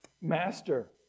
Master